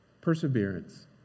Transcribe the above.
Perseverance